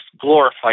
glorify